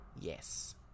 yes